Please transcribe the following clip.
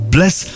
Bless